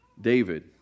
David